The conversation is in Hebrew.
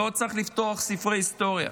לא צריך לפתוח ספרי היסטוריה,